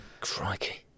Crikey